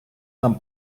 нам